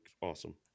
Awesome